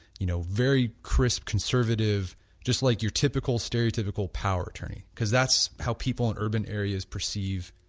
you know very crisp conservative just like your typical, stereotypical power attorney because that's how people in urban areas perceive.